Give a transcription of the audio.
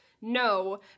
no